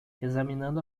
examinando